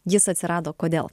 jis atsirado kodėl